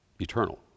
Eternal